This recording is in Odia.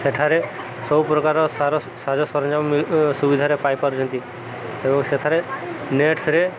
ସେଠାରେ ସବୁ ପ୍ରକାର ସାର ସାଜ ସରଞ୍ଜାମ ସୁବିଧାରେ ପାଇପାରୁଛନ୍ତି ଏବଂ ସେଠାରେ ନେଟ୍ସରେ